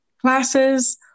classes